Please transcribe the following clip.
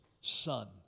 son